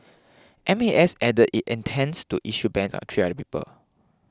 M A S added it intends to issue bans on three other people